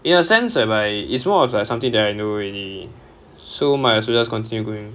in a sense whereby it's more of like something that I know already so might as well just continue doing